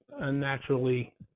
unnaturally